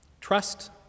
Trust